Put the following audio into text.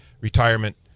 retirement